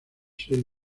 seis